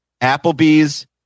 Applebee's